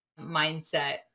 mindset